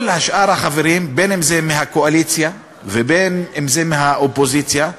כל שאר החברים, אם מהקואליציה ואם מהאופוזיציה,